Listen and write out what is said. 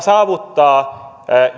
saavuttaa